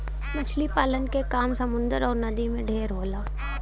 मछरी पालन के काम समुन्दर अउर नदी में ढेर होला